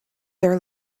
there